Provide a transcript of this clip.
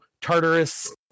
tartarus